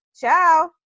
ciao